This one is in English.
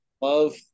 love